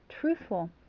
truthful